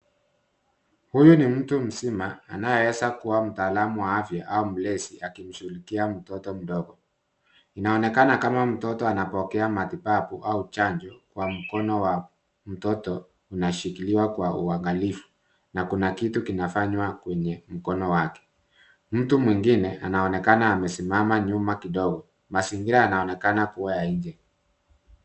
Huyu ni mtu mzima anayeweza kuwa mtaalamu wa afya au mlezi akimshughulikia mtoto mdogo. Inaonekana kama mtoto anapokea matibabu au chanjo kwa mkono wa mtoto unashikiliwa kwa uangalifu na kuna kitu kinafanywa kwenye mkono wake. Mtu mwingine anaonekana amesimama nyuma kidogo. Mazingira yanaonekana kuwa ya inje.